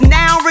now